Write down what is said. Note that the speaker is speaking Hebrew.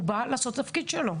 הוא בא לעשות את התפקיד שלו.